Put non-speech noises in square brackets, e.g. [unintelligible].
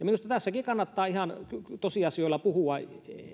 [unintelligible] minusta tässäkin kannattaa ihan tosiasioilla puhua